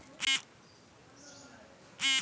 तुमच्या बँकेत पैसे ठेऊचे काय पद्धती आसत?